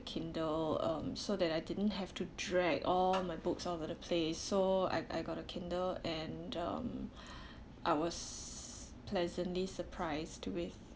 kindle um so that I didn't have to drag all my books all over the place so I I got the kindle and um I was pleasantly surprised with